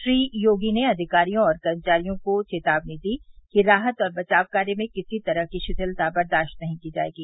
श्री योगी ने अधिकारियों और कर्मचारियों को चेतावनी दी कि राहत और बचाव कार्य में किसी तरह की शिथिलता बर्दाश्त नहीं की जायेगी